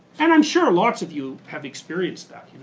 and i'm sure lots of you have experienced that.